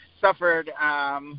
suffered –